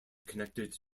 connected